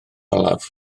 olaf